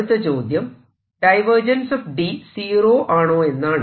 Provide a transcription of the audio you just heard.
അടുത്ത ചോദ്യം D zero ആണോയെന്നാണ്